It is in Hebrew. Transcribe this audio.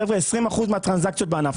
חבר'ה, 20% מהטרנזקציות בענף.